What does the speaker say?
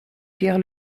pierre